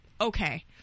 Okay